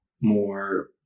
more